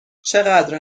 چقدر